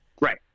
Right